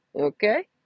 Okay